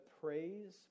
praise